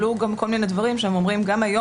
עלו כל מיני דברים שהם אומרים שגם היום